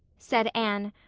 said anne,